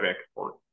export